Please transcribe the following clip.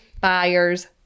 buyers